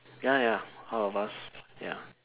ya ya ya all of us ya